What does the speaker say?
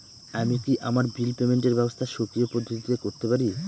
আমি কি আমার বিল পেমেন্টের ব্যবস্থা স্বকীয় পদ্ধতিতে করতে পারি?